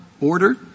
order